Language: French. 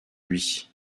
lui